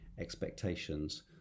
expectations